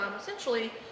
essentially